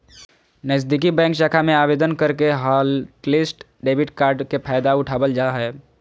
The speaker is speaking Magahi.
नजीदीकि बैंक शाखा में आवेदन करके हॉटलिस्ट डेबिट कार्ड के फायदा उठाबल जा हय